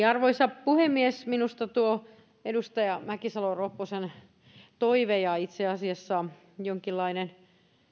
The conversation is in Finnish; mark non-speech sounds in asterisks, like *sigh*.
*unintelligible* arvoisa puhemies minusta tuo edustaja mäkisalo ropposen toive ja itse asiassa jonkinlainen